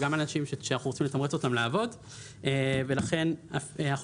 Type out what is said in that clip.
אנשים שאנחנו רוצים לתמרץ אותם לעבוד ולכן אנחנו